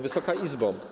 Wysoka Izbo!